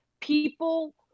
people